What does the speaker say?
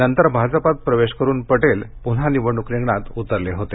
नंतर भाजपात प्रवेश करून पटेल पुन्हा निवडणुक रिंगणात उतरले होते